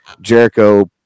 Jericho